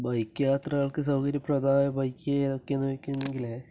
bike യാത്രകൾക്ക് സൗകര്യപ്രദമായ bike എതൊക്കെയാണ് ചോദിക്കുന്നെങ്കിൽ